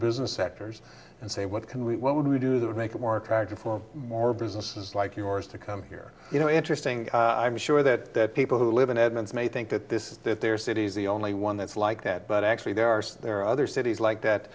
business sectors and say what can we what would we do that would make it more attractive for more businesses like yours to come here you know interesting i'm sure that people who live in edmonds may think that this is that their cities the only one that's like that but actually there are there are other cities like that